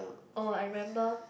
oh I remember